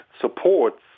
supports